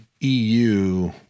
EU